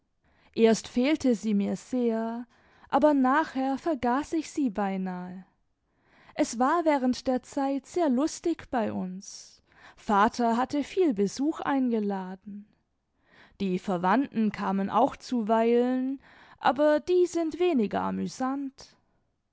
erst fehlte sie mir sehr aber nachher vergaß ich sie beinahe es war während der zeit sehr lustig bei uns vater hatte viel besuch eingeladen die verwandten kamen auch zuweilen aber die sind weniger amüsant